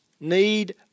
need